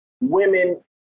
women